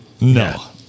No